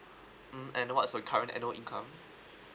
mm and what's the current annual income